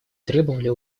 требовали